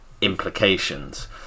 implications